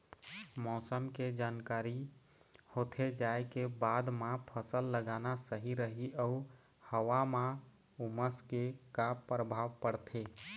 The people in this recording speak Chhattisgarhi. मौसम के जानकारी होथे जाए के बाद मा फसल लगाना सही रही अऊ हवा मा उमस के का परभाव पड़थे?